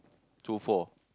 two four